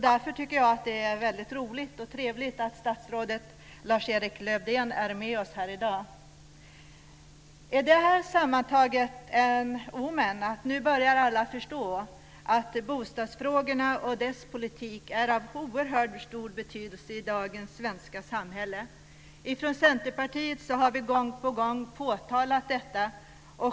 Därför är det roligt och trevligt att statsrådet Lars-Erik Lövdén är med oss här i dag. Är det sammantaget ett omen att alla nu börjar förstå att bostadsfrågorna och bostadspolitiken är av oerhörd stor betydelse i dagens svenska samhälle? Vi i Centerpartiet har gång på gång påtalat detta.